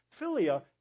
Philia